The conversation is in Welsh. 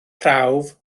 prawf